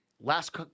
last